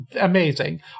amazing